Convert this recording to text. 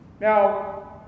Now